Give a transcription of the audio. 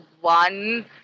one